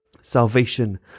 Salvation